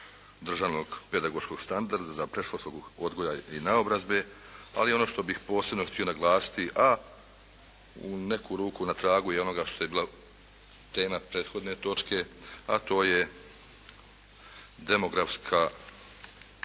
državnog pedagoškog standarda predškolskog odgoja i naobrazbe, ali ono što bih posebno htio naglasiti, a u neku ruku na tragu je onoga što je bila tema prethodne točke, a to je demografsko